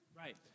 Right